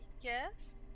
Yes